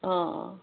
अँ